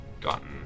gotten